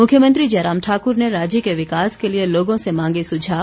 मुख्यमंत्री जयराम ठाकुर ने राज्य के विकास के लिए लोगों से मांगे सुझाव